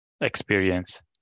experience